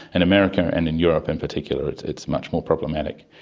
and america and in europe in particular it's it's much more problematic.